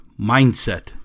Mindset